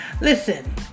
Listen